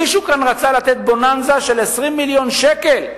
מישהו כאן רצה לתת בוננזה של 20 מיליון שקל.